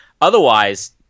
Otherwise